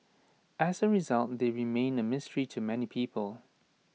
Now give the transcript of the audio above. as A result they remain A mystery to many people